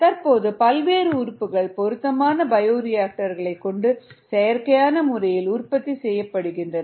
தற்போது பல்வேறு உறுப்புகள் பொருத்தமான பயோரியாக்டர்களை கொண்டு செயற்கையான முறையில் உற்பத்தி செய்யப்படுகின்றன